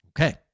okay